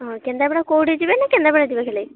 ହଁ କେନ୍ଦ୍ରାପଡ଼ା କେଉଁଠିକି ଯିବେ ନାଁ କେନ୍ଦ୍ରାପଡ଼ା ଯିବେ ଖାଲି